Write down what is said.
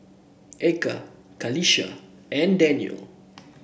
Eka Qalisha and Daniel